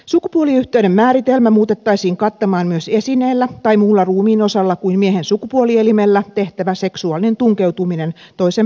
sukupuoliyhteyden määritelmä muutettaisiin kattamaan myös esineellä tai muulla ruumiinosalla kuin miehen sukupuolielimellä tehtävä seksuaalinen tunkeutuminen toisen peräaukkoon